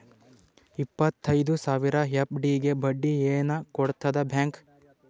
ಇಪ್ಪತ್ತೈದು ಸಾವಿರ ಎಫ್.ಡಿ ಗೆ ಬಡ್ಡಿ ಏನ ಕೊಡತದ ಬ್ಯಾಂಕ್?